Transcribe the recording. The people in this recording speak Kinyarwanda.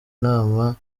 inama